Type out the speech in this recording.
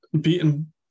beaten